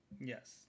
Yes